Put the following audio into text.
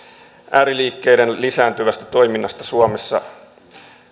ääriliikkeiden lisääntyvästä toiminnasta suomessa